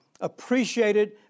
appreciated